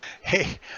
Hey